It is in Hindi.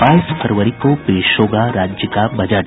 बाईस फरवरी को पेश होगा राज्य का बजट